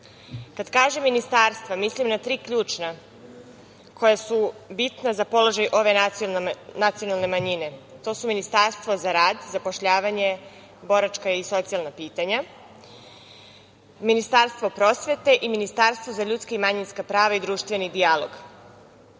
kažem ministarstva, mislim na tri ključna koja su bitna za položaj ove nacionalne manjine, a to su: Ministarstvo za rad, zapošljavanje, boračka i socijalna pitanja, Ministarstvo prosvete i Ministarstvo za ljudska i manjinska prava i društveni